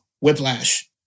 Whiplash